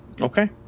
okay